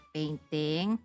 Painting